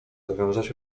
zawiązać